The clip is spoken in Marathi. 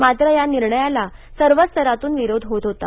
मात्र या निर्णयाला सर्व स्तरातून विरोध होत होता